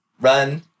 run